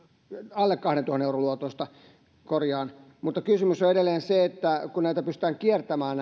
alle kahdentuhannen euron luotoista korjaan mutta kysymys on edelleen se että kun näitä korkoja pystytään kiertämään